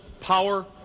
power